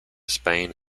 spain